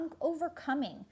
overcoming